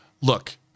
look